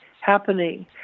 happening